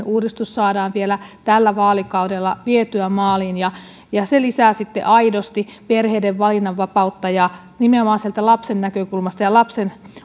uudistus saadaan vielä tällä vaalikaudella vietyä maaliin se lisää sitten aidosti perheiden valinnanvapautta nimenomaan sieltä lapsen näkökulmasta ja lapsen